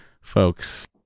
folks